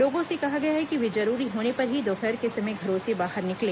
लोगों से कहा गया है कि वे जरूरी होने पर ही दोपहर के समय घरों से बाहर निकलें